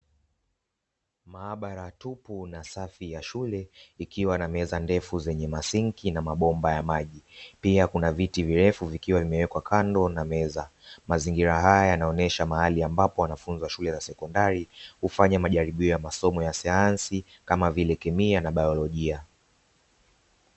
Maabara tupu na safi ya shule ikiwa na meza ndefu zenye masinki na mabomba ya maji, pia kuna viti virefu vikiwa vimewekwa kando na meza. Mazingira haya yanaonyesha mahali ambapo wanafunzi wa shule za sekondari hufanya majaribio ya masomo ya sayansi kama vile kemia na biolojia.